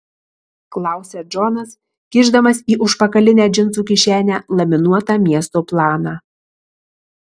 klausia džonas kišdamas į užpakalinę džinsų kišenę laminuotą miesto planą